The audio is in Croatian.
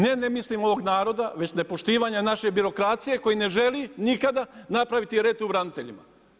Ne ne mislim ovog naroda, već nepoštivanje naše birokracije, koji ne želi, nikada napraviti red u braniteljima.